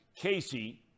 Casey